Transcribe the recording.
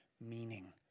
meaning